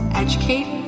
educate